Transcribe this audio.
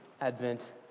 Advent